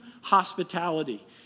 hospitality